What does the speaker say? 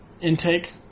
intake